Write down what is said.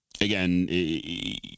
again